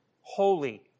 holy